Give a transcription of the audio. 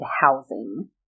housing